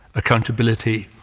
accountability,